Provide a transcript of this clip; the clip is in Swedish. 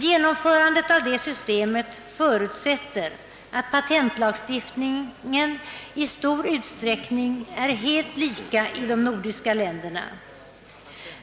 Genomförandet av detta system förutsätter att patentlagstiftningen i stor utsträckning är helt lika i de nordiska länderna.